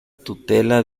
tutela